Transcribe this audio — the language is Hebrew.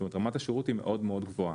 זאת אומרת, רמת השירות מאוד-מאוד גבוהה.